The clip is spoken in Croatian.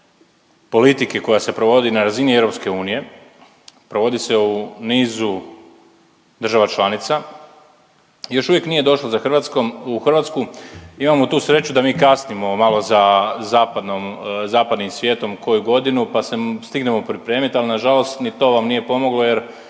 politike koja se provodi na razini EU, provodi se u nizu država članica još uvijek nije došlo za Hrvatskom, u Hrvatsku imamo tu sreću da mi kasnimo malo za zapadnom, zapadnim svijetom koju godinu pa se stignemo pripremit, ali nažalost ni to vam nije pomoglo jer